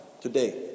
Today